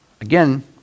again